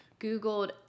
Googled